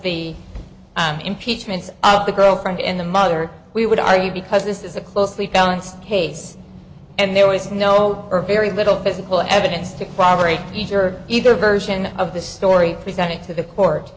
the impeachment up the girlfriend in the mother we would argue because this is a closely balanced case and there was no or very little physical evidence to corroborate each other either version of the story presented to the court